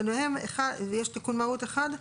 יש תיקון מהות אחד,